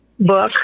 book